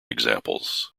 examples